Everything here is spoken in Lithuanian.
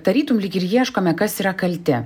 tarytum lyg ir ieškome kas yra kalti